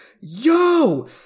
yo